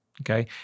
Okay